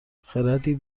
خردی